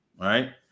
Right